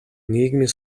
нийгмийн